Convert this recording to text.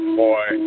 boy